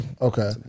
Okay